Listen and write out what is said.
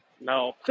No